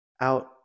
out